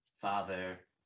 father